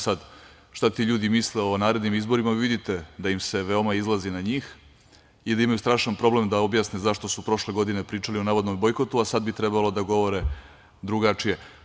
Sad, šta ti ljudi misle o narednim izborima, vidite da im se veoma izlazi na njih i da imaju strašan problem da objasne zašto su prošle godine pričali o navodnom bojkotu, a sada bi trebalo da govore drugačije.